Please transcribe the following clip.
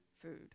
food